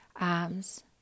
arms